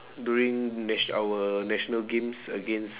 during natio~ our national games against